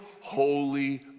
Holy